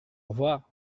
revoir